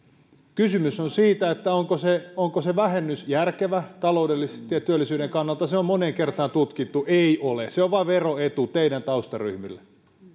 kysymys on siitä onko se vähennys järkevä taloudellisesti ja työllisyyden kannalta se on moneen kertaan tutkittu ei ole se on vain veroetu teidän taustaryhmillenne